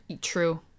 True